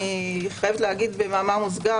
אומר במאמר מוסדר